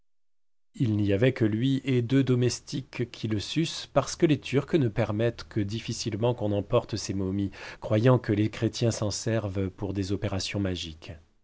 il n'y avait que lui et deux domestiques qui le sussent parce que les turcs ne permettent que difficilement qu'on emporte ces momies croyant que les chrétiens s'en servent pour des opérations magiques